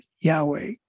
Yahweh